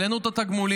העלינו את התגמולים,